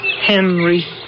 Henry